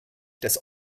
des